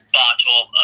bottle